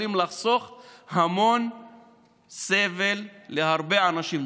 דברים שהיו יכולים לחסוך המון סבל להרבה אנשים,